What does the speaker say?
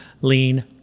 lean